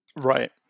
Right